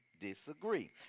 Disagree